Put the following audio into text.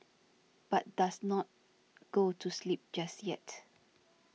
but does not go to sleep just yet